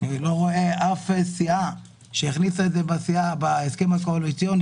אני לא רואה אף סיעה שהכניסה את זה להסכם הקואליציוני,